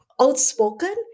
outspoken